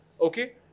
Okay